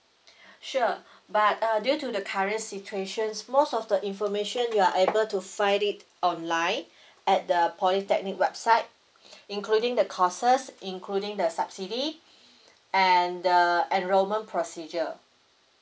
sure but err due to the current situations most of the information you are able to find it online at the polytechnic website including the courses including the subsidy and the enrollment procedure